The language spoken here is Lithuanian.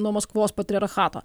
nuo maskvos patriarchato